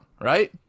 right